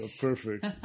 perfect